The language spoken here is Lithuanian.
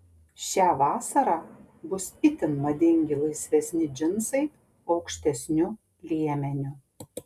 šią vasarą bus itin madingi laisvesni džinsai aukštesniu liemeniu